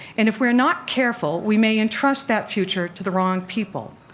and if we're not careful we may entrust that future to the wrong people.